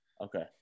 Okay